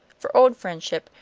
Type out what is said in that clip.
for old friendship,